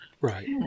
Right